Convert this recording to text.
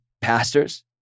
pastors